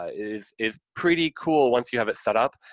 ah is is pretty cool, once you have it setup,